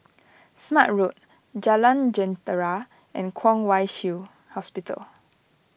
Smart Road Jalan Jentera and Kwong Wai Shiu Hospital